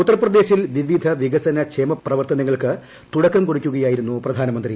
ഉത്തർപ്രദേശിൽ വിപിധ വികസന ക്ഷേമ പ്രവർത്തനങ്ങൾക്ക് തുടക്കം കുറിയ്ക്കുകയായിരുന്നു പ്രധാനമന്ത്രി